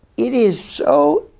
it is so,